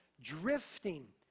drifting